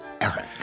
Eric